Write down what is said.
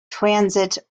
transit